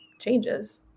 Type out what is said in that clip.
changes